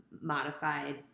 modified